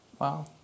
Wow